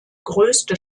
größte